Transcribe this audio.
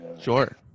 Sure